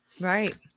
right